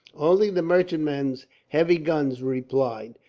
only the merchantman's heavy guns replied,